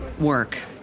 work